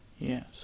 Yes